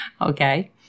Okay